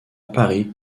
paris